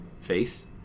faith